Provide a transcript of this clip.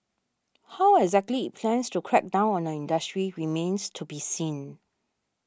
how exactly it plans to crack down on the industry remains to be seen